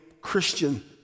Christian